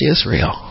Israel